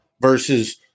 Versus